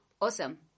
Awesome